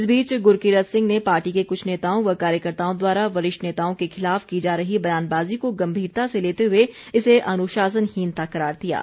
इस बीच गुरकीरत सिंह ने पार्टी के कुछ नेताओं व कार्यकर्ताओं द्वारा वरिष्ठ नेताओं के खिलाफ की जा रही बयानबाजी को गंभीरता से लेते हुए इसे अनुशासनहीनता करार दिया है